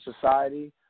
society